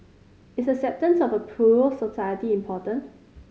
is acceptance of a plural society important